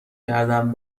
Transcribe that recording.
کردم